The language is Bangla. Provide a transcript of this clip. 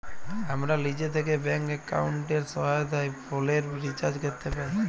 আমরা লিজে থ্যাকে ব্যাংক এক্কাউন্টের সহায়তায় ফোলের রিচাজ ক্যরতে পাই